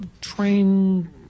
train